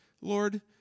Lord